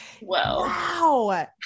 Wow